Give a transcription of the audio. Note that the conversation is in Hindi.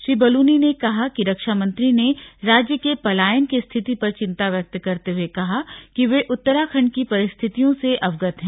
श्री बलूनी ने कहा कि रक्षा मंत्री ने राज्य के पलायन की स्थिति पर चिंता व्यक्त करते हुए कहा कि वे उत्तराखंड की परिस्थितियों से अवगत हैं